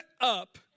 up